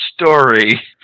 story